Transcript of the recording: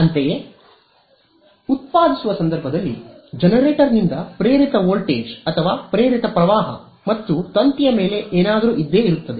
ಅಂತೆಯೇ ಉತ್ಪಾದಿಸುವ ಸಂದರ್ಭದಲ್ಲಿ ಜನರೇಟರ್ನಿಂದ ಪ್ರೇರಿತ ವೋಲ್ಟೇಜ್ ಅಥವಾ ಪ್ರೇರಿತ ಪ್ರವಾಹ ಮತ್ತು ತಂತಿಯ ಮೇಲೆ ಏನಾದರೂ ಇರುತ್ತದೆ